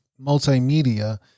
multimedia